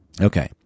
Okay